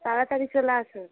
তাড়াতাড়ি চলে এসো